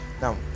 now